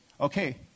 Okay